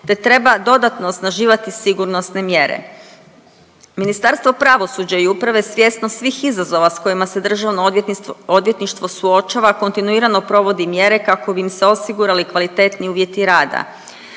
te treba dodatno osnaživati sigurnosne mjere. Ministarstvo pravosuđa i uprave svjesno svih izazova sa kojima se Državno odvjetništvo suočava kontinuirano provodi mjere kako bi im se osigurali kvalitetniji uvjeti rada.